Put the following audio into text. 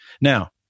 Now